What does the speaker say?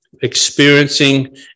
experiencing